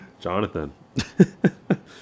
Jonathan